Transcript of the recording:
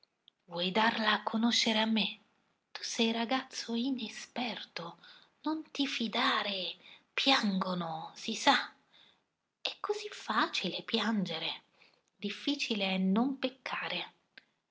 vuoi darla a conoscere a me tu sei ragazzo inesperto non ti fidare piangono si sa è così facile piangere difficile è non peccare